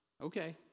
okay